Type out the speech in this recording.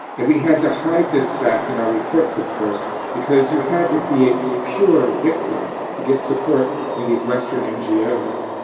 and we had to hide this fact in our reports, of course, because you had to be a pure ah victim to get support from these western ngos.